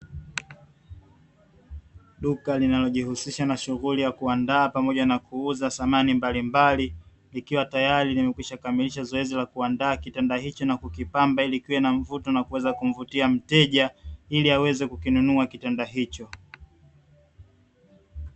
Duka linalojihusisha na shughuli ya kuandaa pamoja na kuuza samani mbalimbali, likiwa tayari limekwishakamilisha zoezi la kuandaa kitanda hichi na kukipamba ili kiwe na mvuto na kuweza kumvutia mteja, ili aweze kukinunua kitanda hicho.